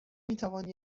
میتوان